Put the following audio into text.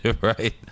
right